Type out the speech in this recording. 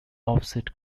offset